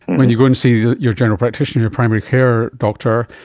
when you go and see your general practitioner, your primary care doctor,